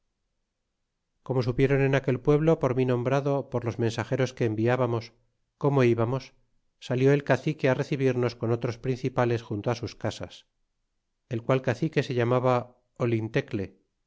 como supieron en aquel pueblo por mí nombrado por los mensageros que enviábamos como íbamos salió el cacique recebirnos con otros principales junto sus casas el qual cacique se llamaba